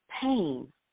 pain